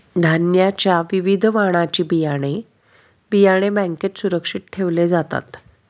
धान्याच्या विविध वाणाची बियाणे, बियाणे बँकेत सुरक्षित ठेवले जातात